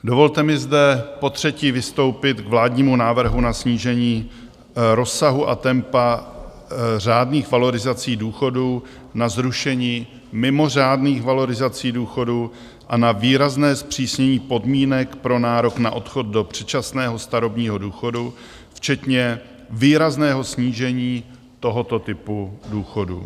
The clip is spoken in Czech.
Dovolte mi zde potřetí vystoupit k vládnímu návrhu na snížení rozsahu a tempa řádných valorizací důchodů, na zrušení mimořádných valorizací důchodů a na výrazné zpřísnění podmínek pro nárok na odchod do předčasného starobního důchodu, včetně výrazného snížení tohoto typu důchodu.